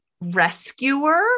rescuer